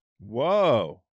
Whoa